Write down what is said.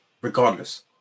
regardless